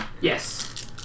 Yes